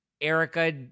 Erica